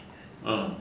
uh